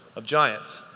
of giants.